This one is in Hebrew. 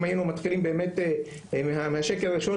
אם באמת היינו מתחילים השקל הראשון,